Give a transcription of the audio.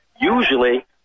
usually –